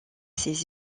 ses